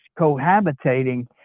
cohabitating